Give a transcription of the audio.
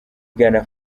gana